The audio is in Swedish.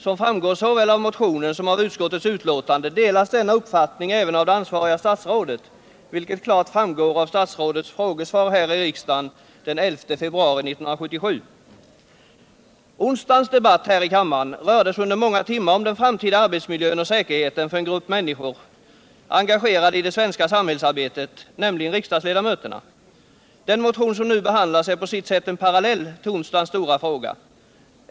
Som framgår såväl av motionen som av utskottets betänkande delas denna uppfattning även av det ansvariga statsrådet, vilket klart framgår av statsrådets frågesvar här i riksdagen den 11 februari 1977. Onsdagens debatt här i kammaren rörde sig under många timmar om den framtida arbetsmiljön och säkerheten för en grupp människor engagerade i det svenska samhällsarbetet, nämligen riksdagsledamöterna. Den motion som nu behandlas är på sitt sätt en parallell till onsdagens stora fråga.